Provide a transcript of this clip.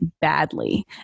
badly